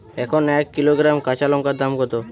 এখন এক কিলোগ্রাম কাঁচা লঙ্কার দাম কত?